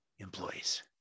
employees